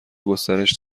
گسترش